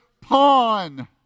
pawn